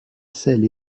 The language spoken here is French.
sel